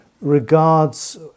regards